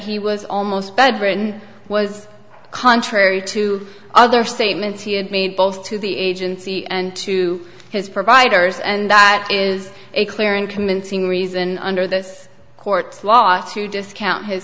he was almost bedridden was contrary to other statements he had me both to the agency and to his providers and that is a clear and convincing reason under this court's law to discount his